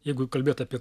jeigu kalbėt apie